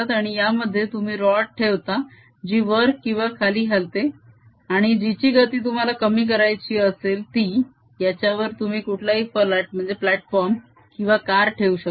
आणि यामध्ये तुम्ही रॉड ठेवता जी वर किंवा खाली हलते आणि जिची गती तुम्हाला कमी करायची असेल ती याच्यावर तुम्ही कुठलाही फलाट किंवा कार ठेऊ शकता